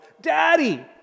Daddy